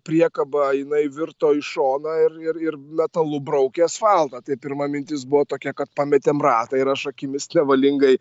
priekaba jinai virto į šoną ir ir ir metalu braukia asfaltą tai pirma mintis buvo tokia kad pametėm ratą ir aš akimis nevalingai